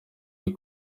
iri